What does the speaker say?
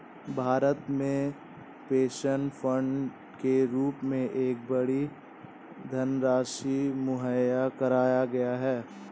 भारत में pension fund के रूप में एक बड़ी धनराशि मुहैया कराया गया है